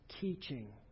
teaching